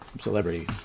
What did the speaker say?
celebrity